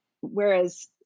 whereas